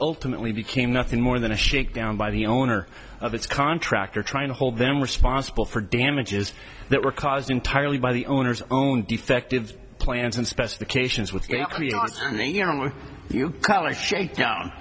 ultimately became nothing more than a shakedown by the owner of its contractor trying to hold them responsible for damages that were caused entirely by the owners own defective plans and specifications with their i mean you know what you call a shake down